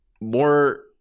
more